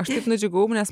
aš taip nudžiugau nes